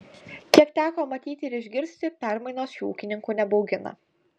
kiek teko matyti ir išgirsti permainos šių ūkininkų nebaugina